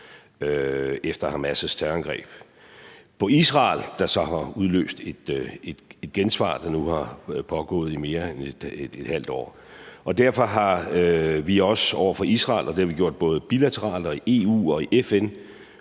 efter Hamas' terrorangreb på Israel, der så har udløst et gensvar, der nu har pågået i mere end et halvt år. Derfor har vi også over for Israel – og det har vi gjort både bilateralt og i EU og i FN